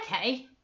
Okay